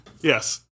Yes